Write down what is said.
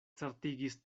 certigis